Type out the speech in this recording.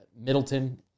Middleton